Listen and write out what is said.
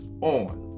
on